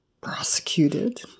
prosecuted